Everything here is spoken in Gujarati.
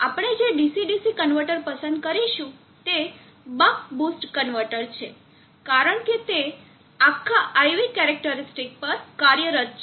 આપણે જે DC DC કન્વર્ટર પસંદ કરીશું તે બક બૂસ્ટ કન્વર્ટર છે કારણ કે તે આખા IV કેરેકટરીસ્ટીક પર કાર્યરત છે